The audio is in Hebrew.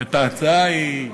את ההצעה היא,